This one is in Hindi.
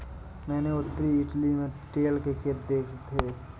मैंने उत्तरी इटली में चेयल के खेत देखे थे